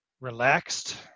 relaxed